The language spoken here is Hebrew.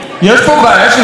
יש פה בעיה של מגוון?